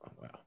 Wow